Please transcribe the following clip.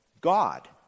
God